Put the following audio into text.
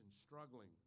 struggling